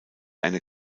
eine